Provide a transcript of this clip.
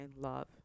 love